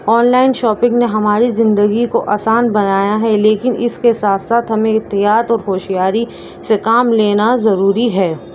on line shopping نے ہماری زندگی کو آسان بنایا ہے لیکن اس کے ساتھ ساتھ ہمیں احتیاط اور ہوشیاری سے کام لینا ضروری ہے